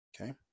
Okay